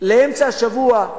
לאמצע השבוע,